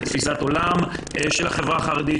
לתפיסת עולם של החברה החרדית,